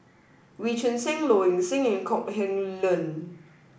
Wee Choon Seng Low Ing Sing and Kok Heng Leun